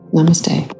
Namaste